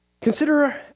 Consider